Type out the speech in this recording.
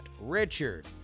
Richard